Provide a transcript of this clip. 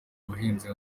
ubuhinzi